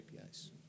APIs